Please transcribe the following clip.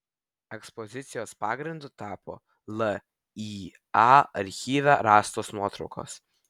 ekspozicijos pagrindu tapo lya archyve rastos nuotraukos